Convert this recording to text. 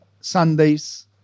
Sundays